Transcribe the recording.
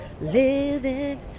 living